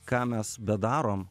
ką mes bedarom